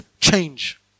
change